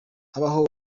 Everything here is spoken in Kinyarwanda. habaho